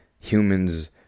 Humans